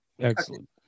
Excellent